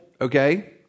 Okay